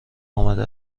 آمده